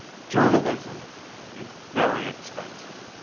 journalism is very expensive.